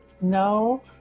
No